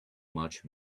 much